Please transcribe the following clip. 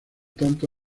tanto